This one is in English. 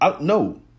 No